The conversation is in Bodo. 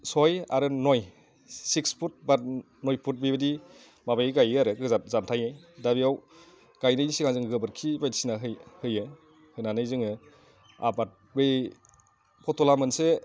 सय आरो नय सिक्स फुत नय फुत बेबायदि माबायै गायो आरो गोजान जानथायै दा बेयाव गायनायनि सिगां जों गोबोरखि बायदिसिना होयो होनानै जोङो आबाद बै फथला मोनसे